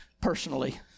personally